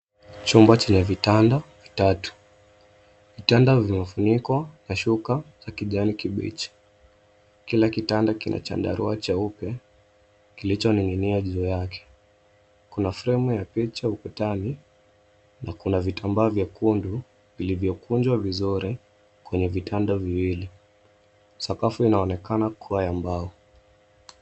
Chumba chenye vitanda vitatu. Vitanda vimefunikwa na shuka za kijani kibichi. Kila kitanda kina chandarua cheupe kilichoning'inia juu yake. Kuna fremu ya picha ukutani na kuna vitambaa vyekundu vilivyokunjwa vizuri kwenye vitanda viwili. Sakafu inaonekana kuwa ya mbao.